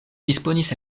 disponis